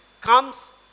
comes